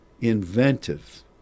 inventive